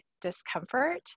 discomfort